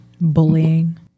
Bullying